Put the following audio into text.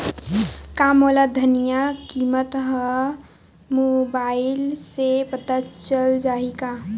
का मोला धनिया किमत ह मुबाइल से पता चल जाही का?